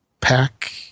pack